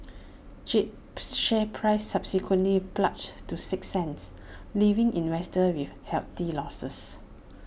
jade's share price subsequently plunged to six cents leaving investors with hefty losses